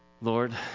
Lord